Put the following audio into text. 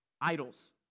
Idols